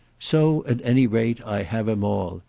so at any rate i have him all.